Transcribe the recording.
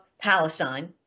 Palestine